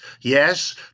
Yes